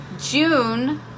June